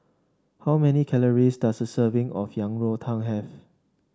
how many calories does a serving of Yang Rou Tang have